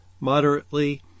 moderately